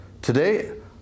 Today